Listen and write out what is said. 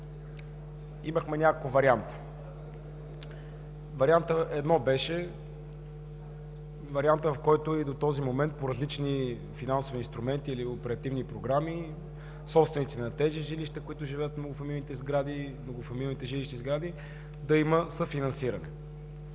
имахме няколко варианта. Вариант едно, който и до този момент по различни финансови инструменти или оперативни програми, собствениците на жилища, които живеят в многофамилните жилищни сгради, да имат съфинансиране.